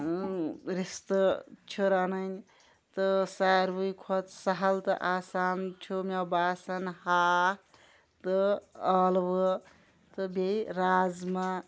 رِستہٕ چھِ رَنٕنۍ تہٕ ساروٕے کھۄتہٕ سَہل تہٕ آسان چھُ مےٚ باسان ہاکھ تہٕ ٲلوٕ تہٕ بیٚیہِ رازما